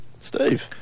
Steve